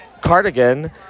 cardigan